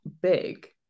big